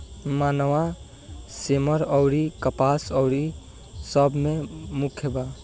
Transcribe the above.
मनवा, सेमर अउरी कपास अउरी सब मे मुख्य बा